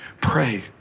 Pray